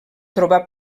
trobar